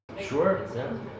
Sure